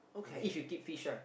uh if you keep fish lah